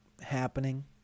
happening